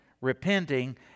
repenting